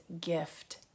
gift